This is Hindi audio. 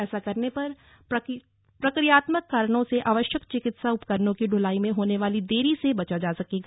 ऐसा करने पर प्रक्रियात्मक कारणों से आवश्यक चिकित्सा उपकरणों की ढुलाई में होने वाली देरी से बचा जा सकेगा